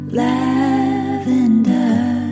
lavender